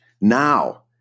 Now